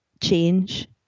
change